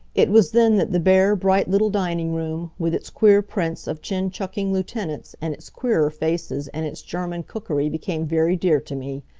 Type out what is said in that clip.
it was then that the bare, bright little dining room, with its queer prints of chin-chucking lieutenants, and its queerer faces, and its german cookery became very dear to me.